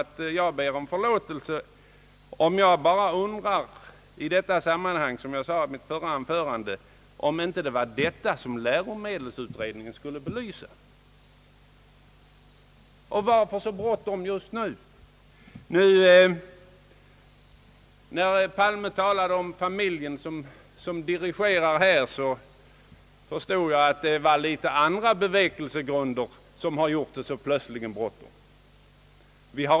Jag ber om överseende, herr talman, att jag i detta anförande liksom i mitt förra undrar om det inte var denna fråga som läromedelsutredningen skulle belysa. Varför så bråttom just nu? När statsrådet Palme talade om familjen som dirigerar här, förstår jag att det var litet andra bevekelsegrunder som gjort att det plötsligt blivit så bråttom.